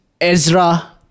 Ezra